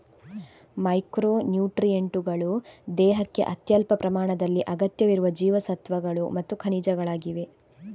micro ನ್ಯೂಟ್ರಿಯೆಂಟುಗಳು ದೇಹಕ್ಕೆ ಅತ್ಯಲ್ಪ ಪ್ರಮಾಣದಲ್ಲಿ ಅಗತ್ಯವಿರುವ ಜೀವಸತ್ವಗಳು ಮತ್ತು ಖನಿಜಗಳಾಗಿವೆ